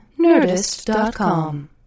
nerdist.com